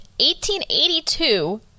1882